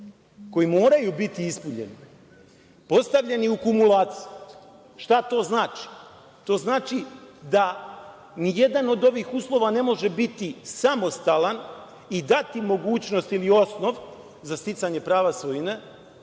koji moraju biti ispunjeni, postavljeni u kumulaciji. Šta to znači? To znači da nijedan od ovih uslova ne može biti samostalan i dati mogućnost ili osnov za sticanje prava svojine,